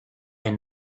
est